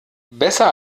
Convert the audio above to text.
besser